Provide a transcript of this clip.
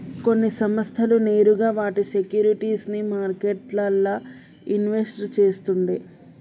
కొన్ని సంస్థలు నేరుగా వాటి సేక్యురిటీస్ ని మార్కెట్లల్ల ఇన్వెస్ట్ చేస్తుండే